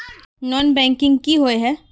Non banking किए हिये है?